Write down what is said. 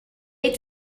ate